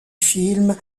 film